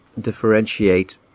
differentiate